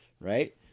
right